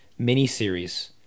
miniseries